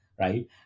right